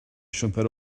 siwmper